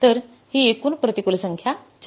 तर ही एकूण प्रतिकूल संख्या 480 आहे